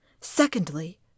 Secondly